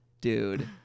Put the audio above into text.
dude